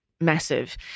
massive